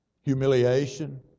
humiliation